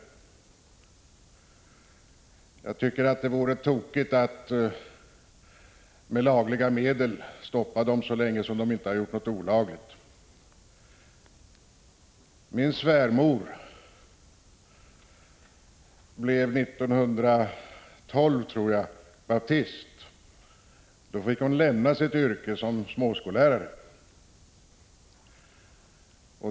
Omalternativ till det Det vore tokigt att med lagliga medel stoppa skolan, eftersom den inte har 7: S p Å z 3 obligatoriska skolgjort någonting olagligt. 5 väsendet Min svärmor blev baptist år 1908. Då fick hon lov att lämna sitt yrke som småskollärare.